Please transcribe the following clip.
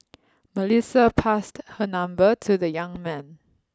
Melissa passed her number to the young man